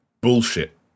bullshit